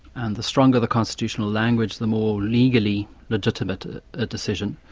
and the stronger the constitutional language, the more legally legitimate a ah decision,